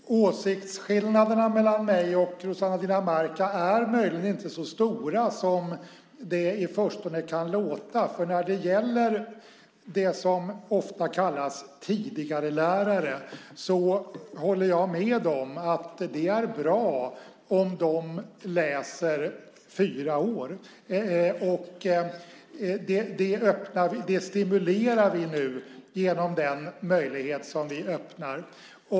Herr talman! Åsiktsskillnaderna mellan mig och Rossana Dinamarca är möjligen inte så stora som det i förstone kan låta. När det gäller dem som ofta kallas tidigarelärare håller jag med om att det är bra om de läser fyra år. Det stimulerar vi nu genom den möjlighet som vi öppnar.